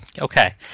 Okay